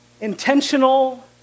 intentional